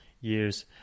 years